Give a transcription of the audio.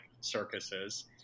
circuses